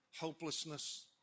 hopelessness